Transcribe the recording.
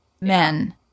men